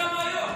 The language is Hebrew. תגיד כמה היום.